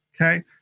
okay